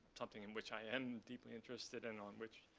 something in which i am deeply interested in, on which,